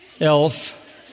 elf